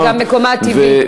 זה גם מקומה הטבעי.